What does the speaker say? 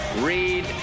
Read